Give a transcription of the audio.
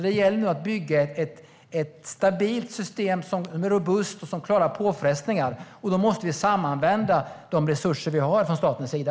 Det gäller att bygga ett stabilt system som är robust och klarar påfrestningar. Då måste vi samanvända de resurser som finns från statens sida.